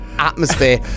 Atmosphere